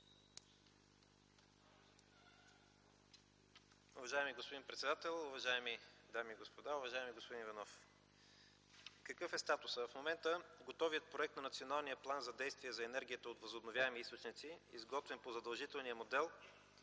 Уважаеми господин председател, уважаеми дами и господа, уважаеми господин Иванов! Какъв е статусът? В момента готовият проект на Националния план за действие за енергия от възобновяеми източници, изготвен по задължителния модел,